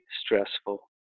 stressful